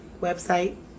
Website